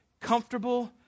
comfortable